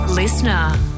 Listener